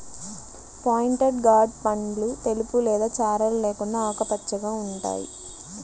pointed gourd పండ్లు తెలుపు లేదా చారలు లేకుండా ఆకుపచ్చగా ఉంటాయి